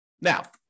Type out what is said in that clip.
Now